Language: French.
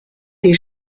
des